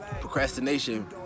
Procrastination